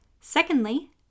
Secondly